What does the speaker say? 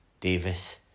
Davis